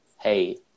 Hey